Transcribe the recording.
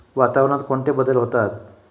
वातावरणात कोणते बदल होतात?